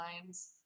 lines